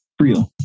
Real